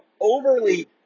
overly